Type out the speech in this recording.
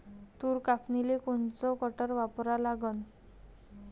तूर कापनीले कोनचं कटर वापरा लागन?